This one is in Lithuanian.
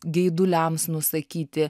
geiduliams nusakyti